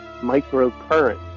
microcurrent